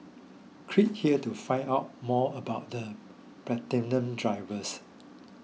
click here to find out more about the Platinum drivers